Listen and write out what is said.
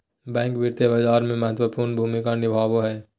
bank वित्तीय बाजार में महत्वपूर्ण भूमिका निभाबो हइ